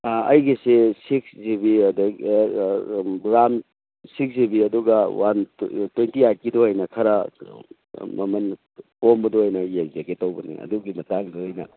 ꯑꯥ ꯑꯩꯒꯤꯁꯦ six G B RAM six G B ꯑꯗꯨꯒ one twenty ꯑꯩꯠꯀꯤꯗꯨ ꯑꯣꯏꯅ ꯈꯔ ꯃꯃꯜ ꯀꯣꯝꯕꯗꯨ ꯑꯣꯏꯅ ꯌꯦꯡꯖꯒꯦ ꯇꯧꯕꯅꯤ ꯑꯗꯨꯒꯤ ꯃꯇꯥꯡꯗ ꯑꯣꯏꯅ